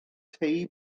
tei